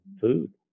food